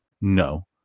No